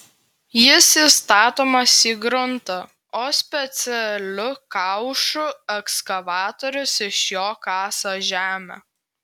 jis įstatomas į gruntą o specialiu kaušu ekskavatorius iš jo kasa žemę